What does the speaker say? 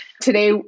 Today